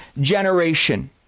generation